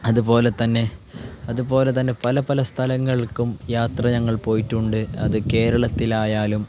അതു പോലെ തന്നെ അതു പോലെ തന്നെ പല പല സ്ഥലങ്ങൾക്കും യാത്ര ഞങ്ങൾ പോയിട്ടുണ്ട് അത് കേരളത്തിലായാലും